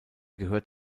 gehört